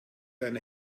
einer